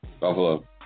Buffalo